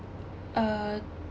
uh